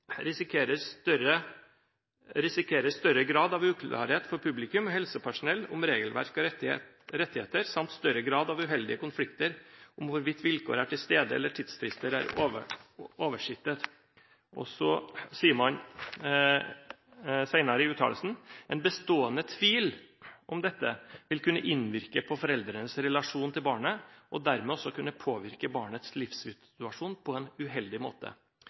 risikerer større grad av uklarhet for publikum og helsepersonell om regelverk og rettigheter, samt større grad av uheldige konflikter om hvorvidt vilkår er til stede eller tidsfrister er oversittet.» Så sier man senere i uttalelsen: «En bestående tvil om dette vil kunne innvirke på foreldrenes relasjon til barnet, og dermed også kunne påvirke barnets livssituasjon på en uheldig måte.